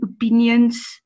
opinions